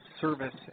service